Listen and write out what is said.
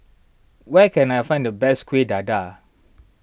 where can I find the best Kueh Dadar